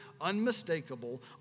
unmistakable